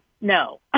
no